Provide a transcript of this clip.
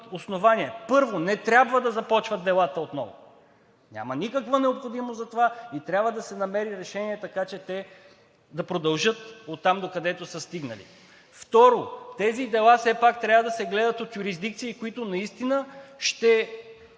основание. Първо, не трябва да започват делата отново – няма никаква необходимост за това и трябва да се намери решение, така че те да продължат оттам, докъдето са стигнали. Второ, тези дела все пак трябва да се гледат от юрисдикции, които наистина ще